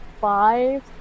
five